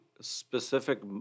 specific